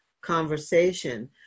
conversation